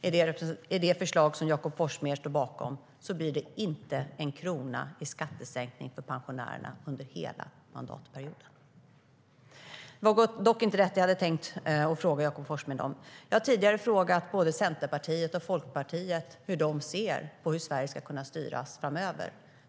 Med det förslag Jakob Forssmed står bakom blir det inte en krona i skattesänkning för pensionärerna under hela mandatperioden. Det var dock inte det jag hade tänkt fråga Jakob Forssmed om. Jag har tidigare frågat både Centerpartiet och Folkpartiet hur de ser på hur Sverige ska kunna styras framöver.